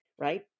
right